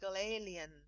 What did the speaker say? alien